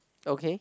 okay